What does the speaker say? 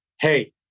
hey